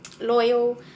loyal